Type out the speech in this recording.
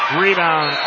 rebound